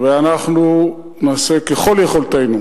ואנחנו נעשה ככל יכולתנו